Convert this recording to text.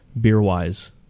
beer-wise